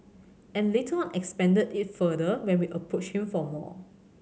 and later on expanded it further when we approached him for more